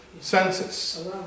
census